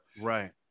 Right